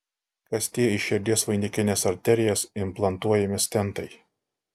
kas tie į širdies vainikines arterijas implantuojami stentai